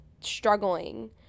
struggling